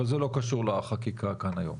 אבל זה לא קשור לחקיקה כאן היום.